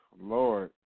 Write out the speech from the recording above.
Lord